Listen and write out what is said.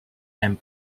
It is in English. and